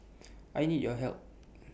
I need your help